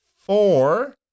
four